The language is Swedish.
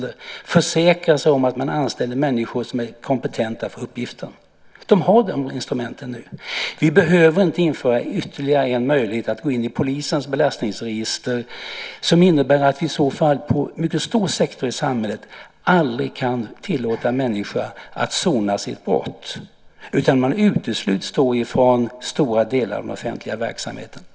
De kan försäkra sig om att de anställer människor som är kompetenta för uppgifterna. De har nu de instrumenten. Vi behöver inte införa ytterligare en möjlighet, nämligen att gå in i polisens belastningsregister, något som skulle innebära att man inom en mycket stor sektor i samhället i så fall aldrig kan tillåta en människa att sona sitt brott. Man utesluts då från stora delar av den offentliga verksamheten.